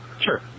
sure